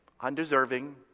undeserving